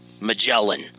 magellan